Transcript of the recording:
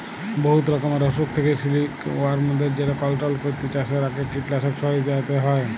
বহুত রকমের অসুখ থ্যাকে সিলিকওয়ার্মদের যেট কলট্রল ক্যইরতে চাষের আগে কীটলাসক ছইড়াতে হ্যয়